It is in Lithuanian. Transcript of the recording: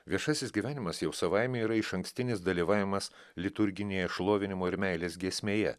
viešasis gyvenimas jau savaime yra išankstinis dalyvavimas liturginėje šlovinimo ir meilės giesmėje